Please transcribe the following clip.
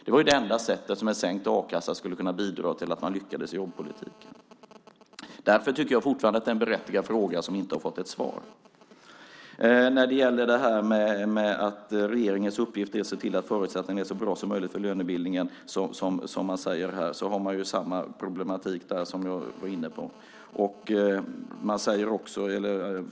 Det var det enda sättet som sänkt a-kassa skulle bidra till att man lyckades med jobbpolitiken. Därför tycker jag fortfarande att det är en berättigad fråga som inte har fått något svar. När det gäller att regeringens uppgift är att se till att förutsättningarna är så bra som möjligt för lönebildningen, som det sägs här, har man samma problem som jag var inne på.